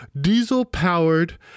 diesel-powered